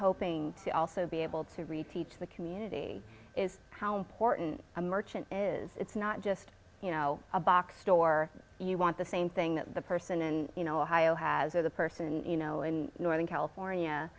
hoping to also be able to reteach the community is how important a merchant is it's not just you know a box store you want the same thing that the person you know heigho has or the person you know in northern california